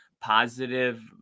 positive